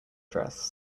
dress